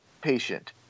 patient